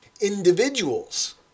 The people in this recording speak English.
Individuals